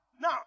Now